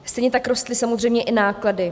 Stejně tak rostly samozřejmě i náklady.